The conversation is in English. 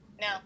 no